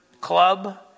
club